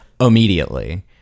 Immediately